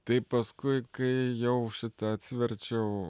taip paskui kai jau šitą atsiverčiau